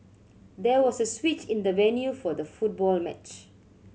there was a switch in the venue for the football match